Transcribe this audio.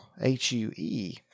H-U-E